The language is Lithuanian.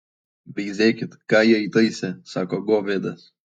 veizėkit ką jie įtaisė sako govedas